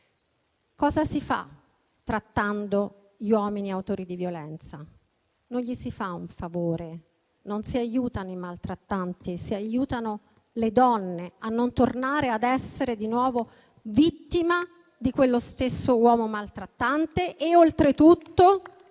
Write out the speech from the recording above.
cosa si fa trattando gli uomini autori di violenza? Non si fa loro un favore, non si aiutano i maltrattanti, ma si aiutano le donne a non tornare ad essere di nuovo vittime di quegli stessi uomini maltrattanti.